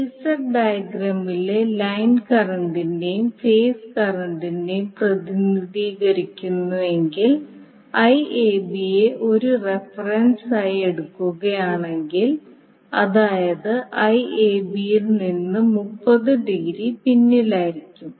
phasor ഡയഗ്രാമിലെ line കറന്റിനെയും phase കറന്റിനെയും പ്രതിനിധീകരിക്കുന്നുവെങ്കിൽ IAB യെ ഒരു റഫറൻസായി എടുക്കുകയാണെങ്കിൽ അതായത് IAB യിൽ നിന്ന് 30 ഡിഗ്രി പിന്നിലായിരിക്കും